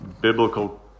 biblical